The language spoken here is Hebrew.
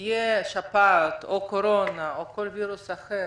שתהיה שפעת או קורונה או כל וירוס אחר,